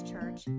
Church